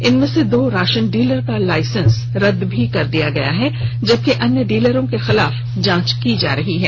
इनमें से दो राशन डीलर का लाइसेंस रद्द कर दिया गया है जबकि अन्य डीलरों के खिलाफ जांच चल रही है